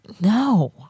No